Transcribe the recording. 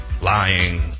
lying